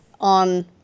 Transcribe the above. on